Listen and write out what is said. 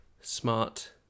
smart